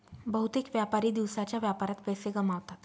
बहुतेक व्यापारी दिवसाच्या व्यापारात पैसे गमावतात